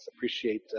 appreciate